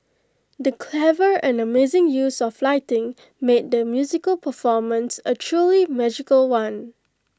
the clever and amazing use of lighting made the musical performance A truly magical one